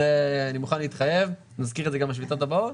אני מוכן להתחייב ונזכיר את זה גם בשביתות הבאות.